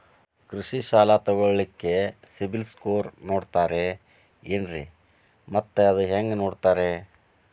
ಕೃಷಿ ಸಾಲ ತಗೋಳಿಕ್ಕೆ ಸಿಬಿಲ್ ಸ್ಕೋರ್ ನೋಡ್ತಾರೆ ಏನ್ರಿ ಮತ್ತ ಅದು ಹೆಂಗೆ ನೋಡ್ತಾರೇ?